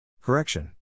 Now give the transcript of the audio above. Correction